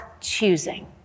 choosing